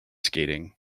skating